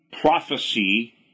prophecy